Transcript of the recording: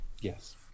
Yes